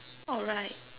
alright